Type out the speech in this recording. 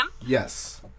Yes